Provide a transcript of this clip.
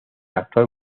actual